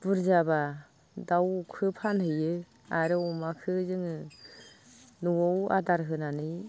बुरजाब्ला दाउखो फानहैयो आरो अमाखो जोङो न'आव आदार होनानै